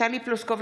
טלי פלוסקוב,